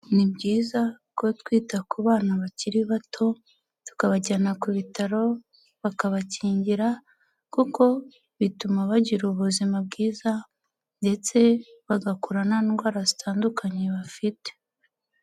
Ni byiza ko twita ku bana bakiri bato, tukabajyana ku bitaro bakabakingira kuko bituma bagira ubuzima bwiza ndetse bagakura nta ndwara zitandukanye bafite.